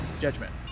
Judgment